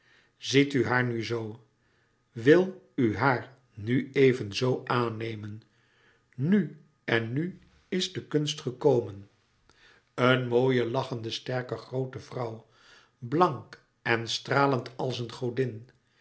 ziet u haar nu zoo wil u haar nu even zoo aannemen nu en nu is de kunst gekomen een mooie lachende sterke groote vrouw blank en stralend als een godin